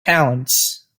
talents